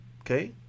Okay